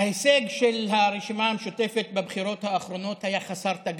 ההישג של הרשימה המשותפת בבחירות האחרונות היה חסר תקדים: